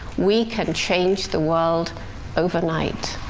we can change the world overnight.